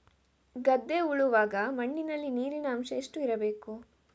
ಗದ್ದೆ ಉಳುವಾಗ ಮಣ್ಣಿನಲ್ಲಿ ನೀರಿನ ಅಂಶ ಎಷ್ಟು ಇರಬೇಕು?